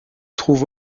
trouve